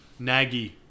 naggy